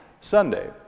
Sunday